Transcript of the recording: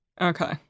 Okay